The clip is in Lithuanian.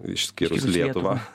išskyrus lietuvą